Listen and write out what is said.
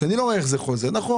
ואני לא רואה איך הוא חוזר אליהם.